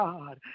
God